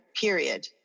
period